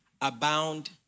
abound